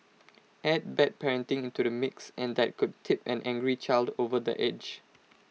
add bad parenting into the mix and that could tip an angry child over the edge